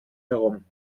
herum